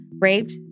raped